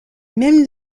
même